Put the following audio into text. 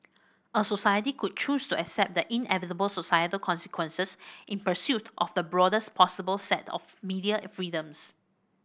a society could choose to accept the inevitable societal consequences in pursuit of the broadest possible set of media freedoms